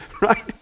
Right